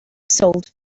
sold